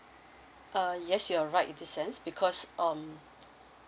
uh yes you're right in this sense because um